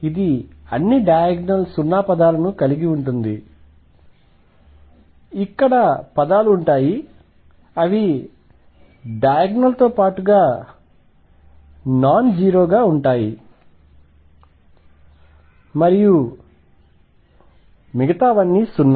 ఇది అన్ని డయాగ్నల్ 0 పదాలను కలిగి ఉంటుంది ఇక్కడ పదాలు ఉంటాయి అవి డయాగ్నల్ తో పాటుగా నాన్ జీరోగా ఉంటాయి మరియు మిగతావన్నీ 0